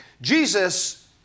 Jesus